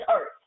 earth